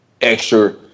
extra